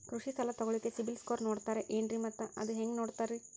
ಕೃಷಿ ಸಾಲ ತಗೋಳಿಕ್ಕೆ ಸಿಬಿಲ್ ಸ್ಕೋರ್ ನೋಡ್ತಾರೆ ಏನ್ರಿ ಮತ್ತ ಅದು ಹೆಂಗೆ ನೋಡ್ತಾರೇ?